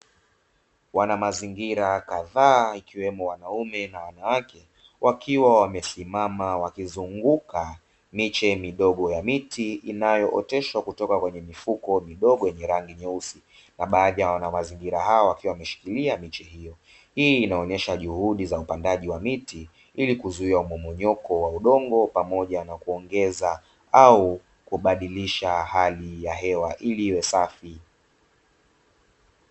Wanamazingira kadhaa ikiwemo wanaume na wanawake wakiwa wamesimama wakizunguka miche midogo ya miti inayooteshwa kutoka kwenye mifuko midogo yenye rangi nyeusi na baadhi ya wanamazingira hawa wakiwa wameshikilia mechi hiyo. Hii inaonyesha juhudi za upandaji wa miti ili kuzuia mmomonyoko wa udongo pamoja na kuongeza au kubadilisha hali ya hewa ili iwe safi.